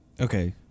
Okay